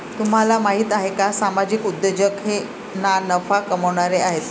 तुम्हाला माहिती आहे का सामाजिक उद्योजक हे ना नफा कमावणारे आहेत